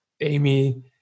Amy